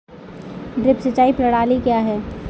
Drip सिंचाई प्रणाली क्या है?